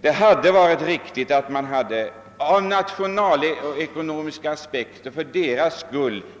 Det hade varit riktigt icke minst nationalekonomiskt att